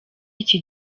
iki